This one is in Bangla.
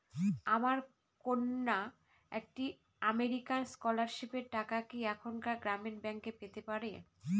আমার কন্যা একটি আমেরিকান স্কলারশিপের টাকা কি এখানকার গ্রামীণ ব্যাংকে পেতে পারে?